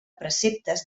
preceptes